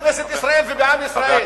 בכנסת ישראל ובעם ישראל,